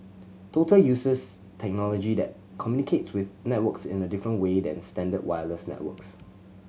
total uses technology that communicates with networks in a different way than standard wireless networks